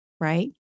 right